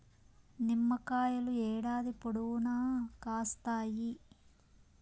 నిమ్మకాయలు ఏడాది పొడవునా కాస్తాయి